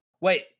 wait